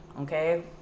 Okay